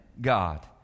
God